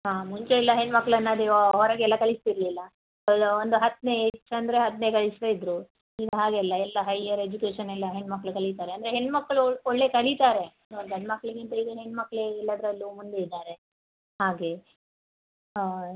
ಹಾಂ ಮುಂಚೆ ಎಲ್ಲ ಹೆಣ್ಮಕ್ಕಳನ್ನು ಅದೇ ಹೊರಗೆ ಎಲ್ಲ ಕಳಿಸ್ತಿರಲಿಲ್ಲ ಒಂದು ಹತ್ತನೇ ಹೆಚ್ಚೆಂದರೆ ಹದಿನೈದು ಕಲಿಸ್ತಾ ಇದ್ದರು ಈಗ ಹಾಗೇ ಅಲ್ಲ ಎಲ್ಲ ಹೈಯರ್ ಎಜುಕೇಷನ್ ಎಲ್ಲ ಹೆಣ್ಮಕ್ಕಳು ಕಲೀತಾರೆ ಅಂದರೆ ಹೆಣ್ಣುಮಕ್ಳು ಒಳ್ಳೆ ಕಲೀತಾರೆ ಗಂಡು ಮಕ್ಕಳಿಗಿಂತ ಈಗ ಹೆಣ್ಮಕ್ಕಳೇ ಎಲ್ಲಾದರಲ್ಲೂ ಮುಂದೆ ಇದ್ದಾರೆ ಹಾಗೇ ಹಾಂ ಈಗ